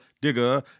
Digger